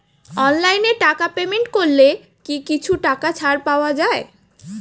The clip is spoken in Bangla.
অনলাইনে টাকা পেমেন্ট করলে কি কিছু টাকা ছাড় পাওয়া যায়?